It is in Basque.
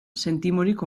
zentimorik